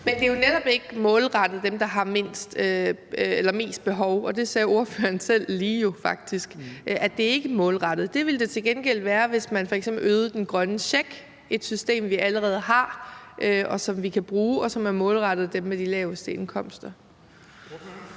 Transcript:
Men det er jo netop ikke målrettet dem, der har mest behov, og det sagde ordføreren jo faktisk lige selv, altså at det ikke er målrettet. Det ville det til gengæld være, hvis man f.eks. øgede den grønne check, et system, vi allerede har, og som vi kan bruge, og som er målrettet dem med de laveste indkomster.